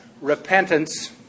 repentance